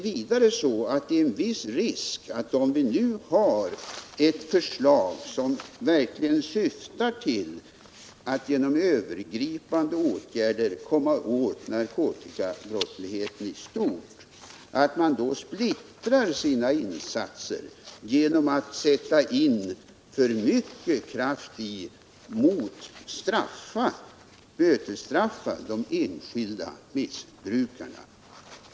Vidare finns det en risk — om vi nu har ett förslag som verkligen syftar till att genom övergripande åtgärder komma åt narkotikabrottsligheten i stort — att man splittrar sina insatser genom att sätta in för mycket kraft mot och bötesstraffa de enskilda missbrukarna.